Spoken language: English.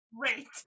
Great